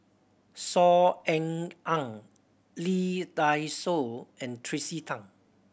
Saw Ean Ang Lee Dai Soh and Tracey Tan